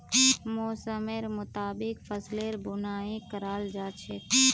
मौसमेर मुताबिक फसलेर बुनाई कराल जा छेक